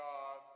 God